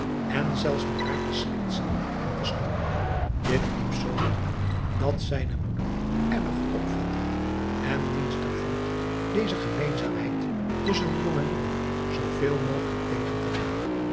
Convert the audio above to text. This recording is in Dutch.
en zelfs met haar te schertsen en te stoeijen dit liep zoo druk dat zijne moeder erg opvatte en dienstig vond deze gemeenzaamheid tusschen de jongelieden zoo veel mogelijk tegen te gaan